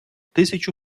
тисячу